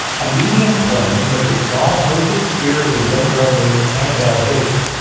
a medium claimed that the doll hosted the spirit of a young girl named annabelle higgins,